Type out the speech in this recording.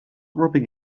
rubbing